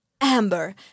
Amber